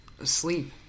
Asleep